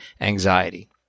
anxiety